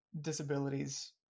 disabilities